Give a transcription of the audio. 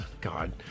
God